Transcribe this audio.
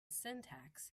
syntax